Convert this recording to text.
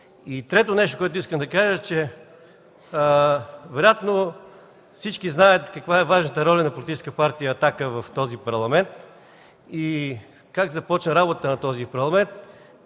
И трето нещо, което искам да кажа, е, че вероятно всички знаят каква е важната роля на Политическа партия „Атака” в този Парламент и как започна работата на този Парламент.